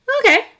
Okay